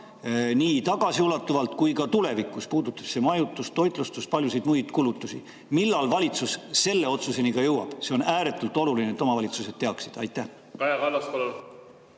nii tagasiulatuvalt kui ka tulevikus? Puudutab see majutust, toitlustust, paljusid muid kulutusi. Millal valitsus selle otsuseni jõuab? See on ääretult oluline, et omavalitsused teaksid. Aitäh!